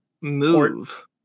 move